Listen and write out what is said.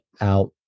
out